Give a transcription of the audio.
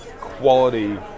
quality